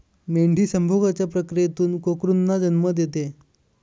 मेंढी संभोगाच्या प्रक्रियेतून कोकरूंना जन्म देते